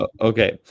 Okay